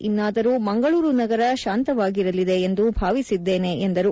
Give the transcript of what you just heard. ಇನ್ನಾದರೂ ಮಂಗಳೂರು ನಗರ ಶಾಂತವಾಗಿರಲಿದೆ ಎಂದು ಭಾವಿಸಿದ್ದೇನೆ ಎಂದರು